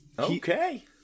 Okay